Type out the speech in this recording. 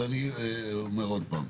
אז אני אומר עוד פעם,